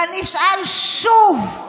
ואני אשאל זה שוב: